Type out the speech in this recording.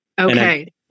Okay